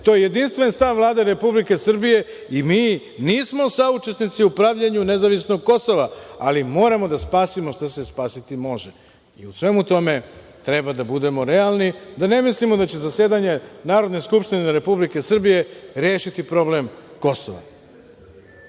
To je jedinstven stav Vlade Republike Srbije i mi nismo saučesnici u pravljenju nezavisnog Kosova, ali moramo da spasimo što se spasiti može. I, u svemu tome, treba da budemo realni, da ne mislimo da će zasedanje Narodne skupštine Republike Srbije rešiti problem Kosova. Zato